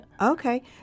Okay